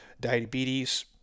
diabetes